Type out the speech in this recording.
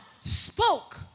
spoke